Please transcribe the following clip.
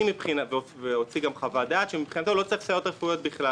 הוא גם הוציא חוות דעת שמבחינתו במערכת